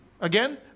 Again